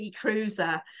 cruiser